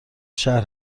شهر